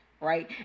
right